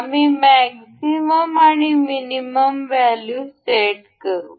आम्ही मॅक्झिमम आणि minimum value set करू